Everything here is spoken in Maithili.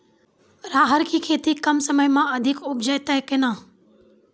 राहर की खेती कम समय मे अधिक उपजे तय केना?